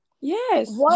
Yes